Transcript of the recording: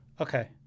Okay